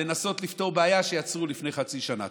לנסות לפתור בעיה שיצרו לפני חצי שנה.